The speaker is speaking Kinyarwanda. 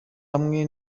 hamwe